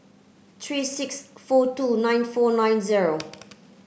three six four two nine four nine zero